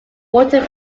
water